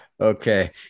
Okay